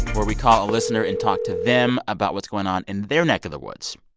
where we call a listener and talk to them about what's going on in their neck of the woods.